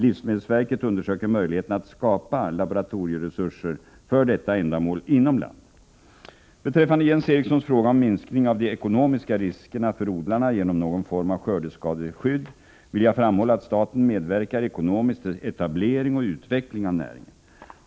Livsmedelsverket undersöker möjligheterna att skapa laboratorieresurser för detta ändamål inom landet. Beträffande Jens Erikssons fråga om minskning av de ekonomiska riskerna för odlarna genom någon form av skördeskadeskydd vill jag framhålla att staten medverkar ekonomiskt till etablering och utveckling av näringen.